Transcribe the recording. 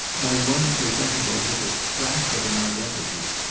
my one presentable little scrap of an identity.